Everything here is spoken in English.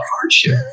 hardship